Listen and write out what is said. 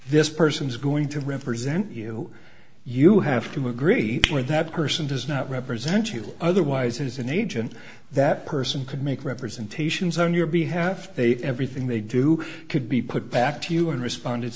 this person is going to represent you you have to agree with that person does not represent you otherwise as an agent that person could make representations on your behalf they everything they do could be put back to you and responded